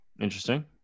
Interesting